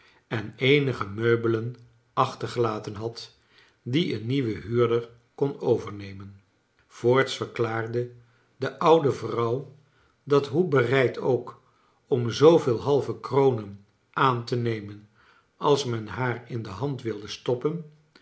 en eenige meubelen achtergelaten had die een nieuwe huurder kon overnemen voorts fverklaarde de oude vrouw dat hoe bereid ook om zooveel halve kronen aan te nemen als men haar in de hand wilde stoppen